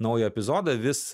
naują epizodą vis